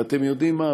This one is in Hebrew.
ואתם יודעים מה?